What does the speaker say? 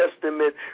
Testament